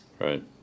Right